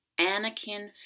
Anakin